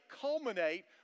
culminate